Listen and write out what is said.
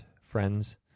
friends